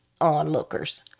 onlookers